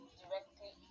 directly